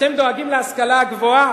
אתם דואגים להשכלה גבוהה?